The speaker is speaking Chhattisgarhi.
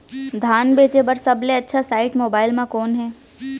धान बेचे बर सबले अच्छा साइट मोबाइल म कोन हे?